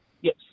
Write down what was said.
Yes